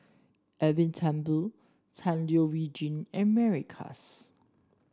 Edwin Thumboo Tan Leo Wee and Mary Klass